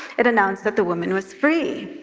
it announced that the woman was free,